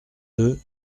deux